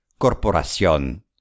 Corporación